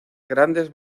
grandes